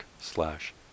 slash